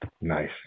Nice